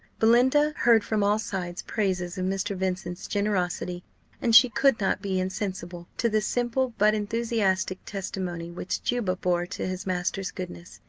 belinda heard from all sides praises of mr. vincent's generosity and she could not be insensible to the simple but enthusiastic testimony which juba bore to his master's goodness.